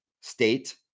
state